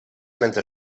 mentre